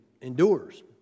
endures